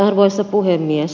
arvoisa puhemies